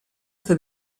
sta